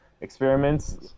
experiments